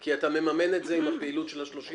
כי אתה מממן את זה עם הפעילות של ה-30%?